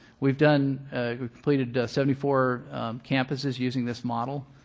we've done completed seventy four campuses using this model,